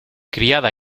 criada